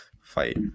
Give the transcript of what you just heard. fight